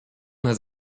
has